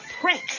prince